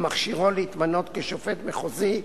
המכשירו להתמנות כשופט מחוזי,